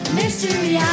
Mystery